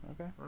Okay